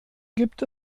gibt